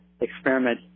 experiment